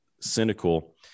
cynical